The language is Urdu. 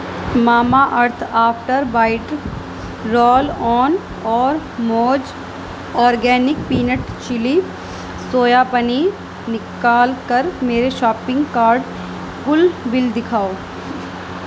mama earth after bite roll on اور موج organic peanut chilli soya paneer نکال کر میرے شاپنگ کارٹ کل بل دکھاؤ